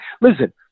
Listen